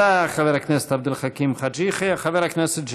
תודה, חבר הכנסת עבד אל חכים חאג' יחיא.